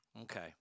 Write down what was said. Okay